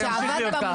אז זה ימשיך להיות כך.